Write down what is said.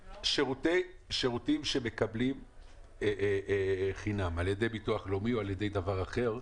שירותים שמקבלים חינם על ידי ביטוח לאומי או על ידי דבר אחר,